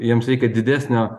jiems reikia didesnio